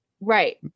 Right